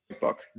book